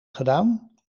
gedaan